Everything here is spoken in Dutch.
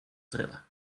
trillen